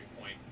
point